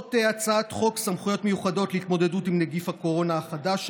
זאת הצעת חוק סמכויות מיוחדות להתמודדות עם נגיף הקורונה החדש,